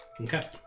Okay